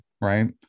right